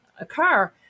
occur